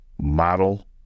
model